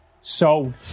Sold